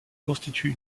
constitue